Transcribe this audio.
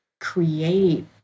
create